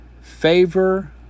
favor